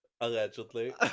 Allegedly